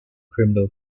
criminal